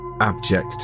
abject